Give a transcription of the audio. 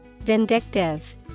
VINDICTIVE